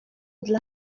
dla